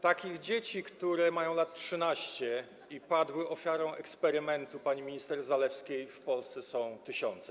Takich dzieci, które mają lat 13 i padły ofiarą eksperymentu pani minister Zalewskiej, w Polsce są tysiące.